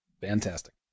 Fantastic